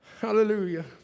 Hallelujah